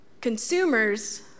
consumers